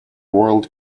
world